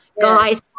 guys